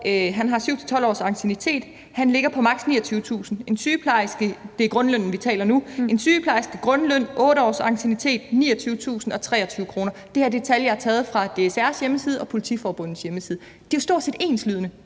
har 7-12 års anciennitet. Han ligger på maks 29.001 kr., og det er grundlønnen, vi taler om nu. Og en sygeplejerskes grundløn med 8 års anciennitet er 29.023 kr. Det her er tal, jeg har taget fra DSR's hjemmeside og Politiforbundets hjemmeside. Det er stort set enslydende.